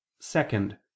second